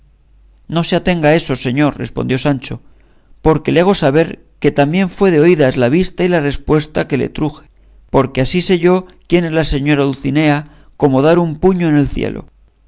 no se atenga a eso señor respondió sancho porque le hago saber que también fue de oídas la vista y la respuesta que le truje porque así sé yo quién es la señora dulcinea como dar un puño en el cielo